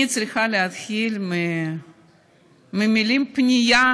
אני צריכה להתחיל ממילות פנייה